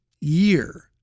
year